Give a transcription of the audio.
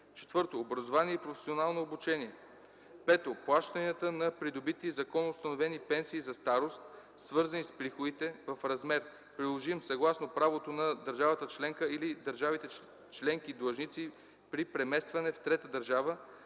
обществени; 4. образование и професионално обучение; 5.плащанията на придобити законоустановени пенсии за старост, свързани с приходите, в размер, приложим съгласно правото на държавата членка или държавите членки длъжници при преместване в трета държава,